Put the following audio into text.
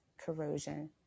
corrosion